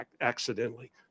accidentally